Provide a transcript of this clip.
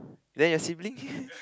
then your sibling